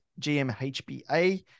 GMHBA